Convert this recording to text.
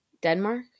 denmark